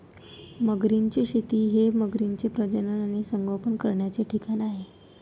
मगरींची शेती हे मगरींचे प्रजनन आणि संगोपन करण्याचे ठिकाण आहे